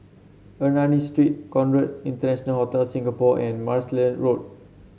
Ernani Street Conrad International Hotel Singapore and Martlesham Road